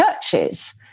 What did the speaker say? churches